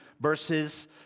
verses